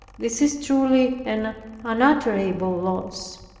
this is truly an unutterable loss.